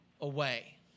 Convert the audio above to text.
away